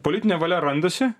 politinė valia randasi